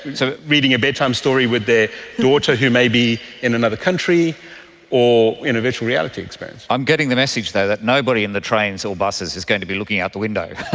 so reading a bedtime story with their daughter who may be in another country or in a virtual reality experience. i'm getting the message though that nobody on the trains or buses is going to be looking out the window.